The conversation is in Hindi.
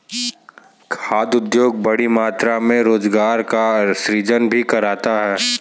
खाद्य उद्योग बड़ी मात्रा में रोजगार का सृजन भी करता है